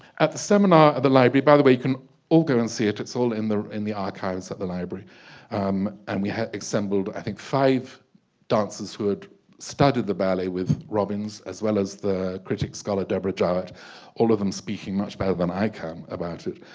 at the seminar at the library by the way you can all go and see it it's all in there in the archives at the library and we had assembled i think five dancers who had studied the ballet with robbins as well as the critic scholar deborah jowitt all of them speaking much better than i can about it